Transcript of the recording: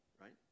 right